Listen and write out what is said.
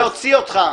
אני אוציא אותך.